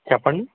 చెప్పండి